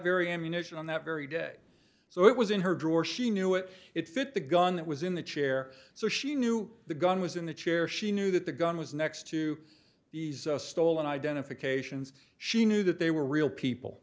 very ammunition on that very day so it was in her drawer she knew it it fit the gun that was in the chair so she knew the gun was in the chair she knew that the gun was next to these stolen identifications she knew that they were real people